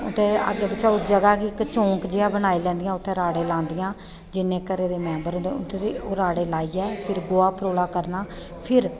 ते इक्क जगह गी चौंक जडेहा बनाई लैंदियां ते उत्थें राह्ड़े लांदियां ते जिन्ने घरा दे मेंबर होंदे ओह् राह्ड़े लाइयै फिर गोहा परोला करना ते फिर